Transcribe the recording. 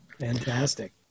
Fantastic